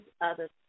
other's